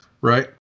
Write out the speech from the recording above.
right